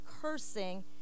cursing